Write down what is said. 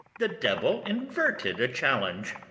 the devil inverted a challenge,